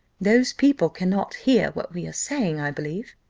those people cannot hear what we are saying, i believe?